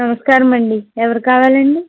నమస్కారమండి ఎవరు కావాలండి